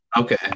Okay